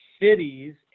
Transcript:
cities